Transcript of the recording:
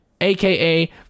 AKA